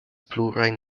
plurajn